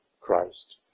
Christ